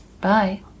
Bye